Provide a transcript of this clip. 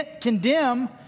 condemn